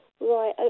Right